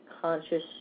conscious